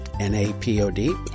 N-A-P-O-D